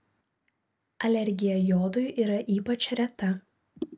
alergija jodui yra ypač reta